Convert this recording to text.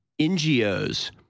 NGOs